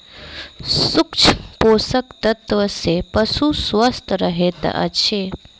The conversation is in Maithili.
सूक्ष्म पोषक तत्व सॅ पशु स्वस्थ रहैत अछि